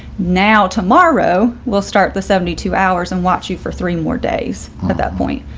now tomorrow, we'll start the seventy two hours and watch you for three more days at that point.